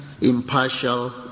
impartial